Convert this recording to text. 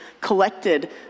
collected